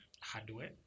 hardware